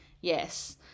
Yes